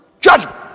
judgment